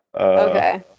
Okay